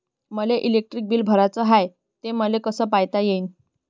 मले electric bill भराचं हाय, ते मले कस पायता येईन?